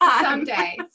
someday